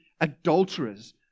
adulterers